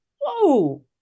Whoa